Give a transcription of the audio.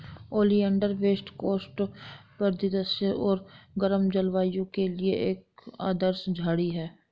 oleander west coast परिदृश्य और गर्म जलवायु के लिए एक आदर्श झाड़ी है